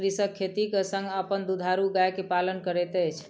कृषक खेती के संग अपन दुधारू गाय के पालन करैत अछि